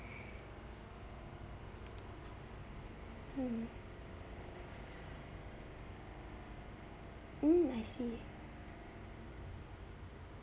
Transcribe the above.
um um i see